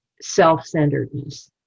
self-centeredness